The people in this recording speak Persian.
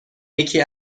یکی